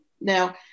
Now